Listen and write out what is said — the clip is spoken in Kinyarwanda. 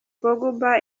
pogba